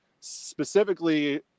specifically